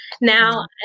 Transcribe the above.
Now